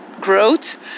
growth